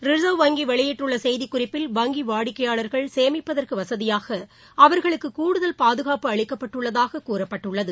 reserve வங்கி வெளியிட்டுள்ள செய்திக்குறிப்பில் வங்கி வாடிக்கைபாளர்கள் சேமிப்பதற்கு வசதியாக அவர்களுக்கு கூடுதல் பாதுகாப்பு அளிக்கப்பட்டுள்ளதாகக் கூறப்பட்டுள்ளது